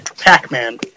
Pac-Man